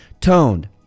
toned